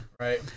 right